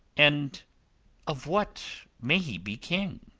and of what may he be king?